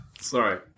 Sorry